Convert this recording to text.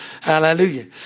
Hallelujah